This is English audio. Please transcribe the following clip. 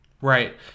Right